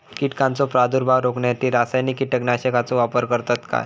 कीटकांचो प्रादुर्भाव रोखण्यासाठी रासायनिक कीटकनाशकाचो वापर करतत काय?